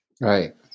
Right